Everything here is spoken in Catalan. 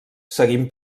seguim